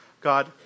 God